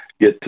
get